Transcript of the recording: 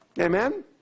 Amen